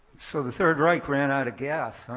so the third reich ran out of gas,